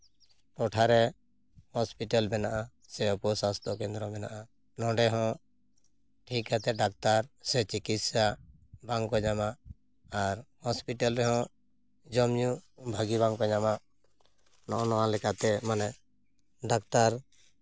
ᱴᱚᱴᱷᱟᱨᱮ ᱦᱚᱥᱯᱤᱴᱟᱞ ᱢᱮᱱᱟᱜᱼᱟ ᱥᱮ ᱩᱯᱚ ᱥᱟᱥᱛᱷᱚ ᱠᱮᱫᱨᱚ ᱢᱮᱱᱟᱜᱼᱟ ᱱᱚᱰᱮ ᱦᱚᱸ ᱦᱮᱡ ᱠᱟᱛᱮ ᱰᱟᱠᱛᱟᱨ ᱥᱮ ᱪᱤᱠᱤᱛᱥᱟ ᱵᱟᱝᱠᱚ ᱧᱟᱢᱟ ᱟᱨ ᱦᱚᱥᱯᱤᱴᱟᱞ ᱨᱮᱦᱚᱸ ᱡᱚᱢ ᱧᱩ ᱵᱷᱟᱜᱮ ᱵᱟᱝᱠᱚ ᱧᱟᱢᱟ ᱱᱚᱜᱼᱚᱭ ᱱᱚᱣᱟ ᱞᱮᱠᱟᱛᱮ ᱢᱟᱱᱮ ᱰᱟᱠᱛᱟᱨ